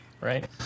right